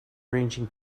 arranging